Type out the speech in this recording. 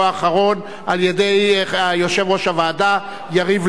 על-ידי יושב-ראש הוועדה יריב לוין.